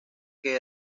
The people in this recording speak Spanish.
que